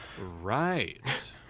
right